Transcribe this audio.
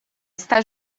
está